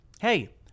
Hey